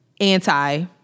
anti